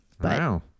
Wow